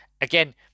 again